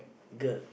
girl